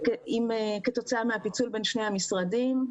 אם כתוצאה מהפיצול בין שני המשרדים.